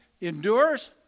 endures